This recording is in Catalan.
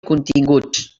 continguts